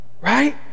Right